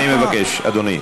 אני מבקש, אדוני.